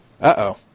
Uh-oh